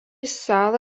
salą